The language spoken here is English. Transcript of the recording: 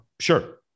Sure